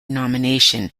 nomination